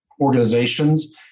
organizations